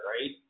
right